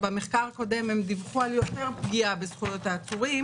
במחקר הקודם הם דיווחו על יותר פגיעה בזכויות העצורים,